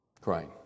crying